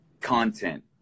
content